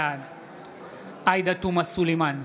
בעד עאידה תומא סלימאן,